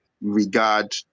regard